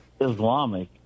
Islamic